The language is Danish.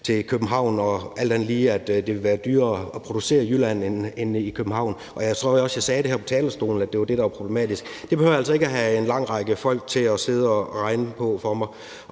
– København, og at det alt andet lige ville være dyrere at producere i Jylland end i København, og jeg tror også, jeg sagde her på talerstolen, at det var det, der var problematisk. Det behøver jeg altså ikke at have en lang række folk til at sidde og regne på for mig.